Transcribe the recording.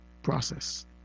process